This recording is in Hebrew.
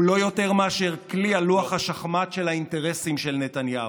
הוא לא יותר מאשר כלי על לוח השחמט של האינטרסים של נתניהו.